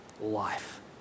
life